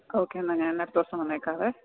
okay എന്നാല് ഞാന് അടുത്ത ദിവസം വന്നേക്കാമേ